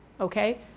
okay